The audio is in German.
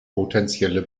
potenzielle